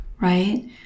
right